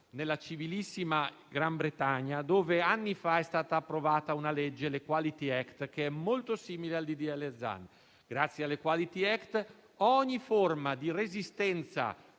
nella civilissima Gran Bretagna, dove anni fa è stata approvata una legge, l'Equality Act, che è molto simile al disegno di legge Zan. Grazie all'Equality Act, ogni forma di resistenza